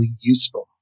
useful